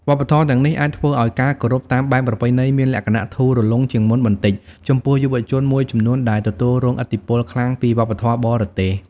វប្បធម៌ទាំងនេះអាចធ្វើឲ្យការគោរពតាមបែបប្រពៃណីមានលក្ខណៈធូររលុងជាងមុនបន្តិចចំពោះយុវជនមួយចំនួនដែលទទួលរងឥទ្ធិពលខ្លាំងពីវប្បធម៌បរទេស។